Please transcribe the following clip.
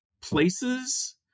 places